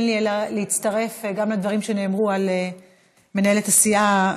אין לי אלא להצטרף גם לדברים שנאמרו על מנהלת הסיעה,